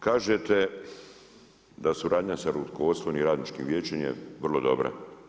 Kažete da suradnja sa rukovodstvenim radničkim vijećem je vrlo dobra.